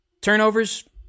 turnovers